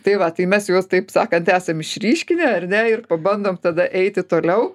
tai va tai mes juos taip sakant esam išryškinę ar ne ir pabandom tada eiti toliau